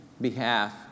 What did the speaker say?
behalf